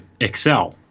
excel